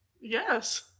yes